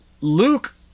Luke